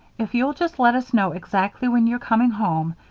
if you'll just let us know exactly when you're coming home,